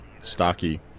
Stocky